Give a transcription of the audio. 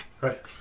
Right